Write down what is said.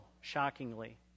shockingly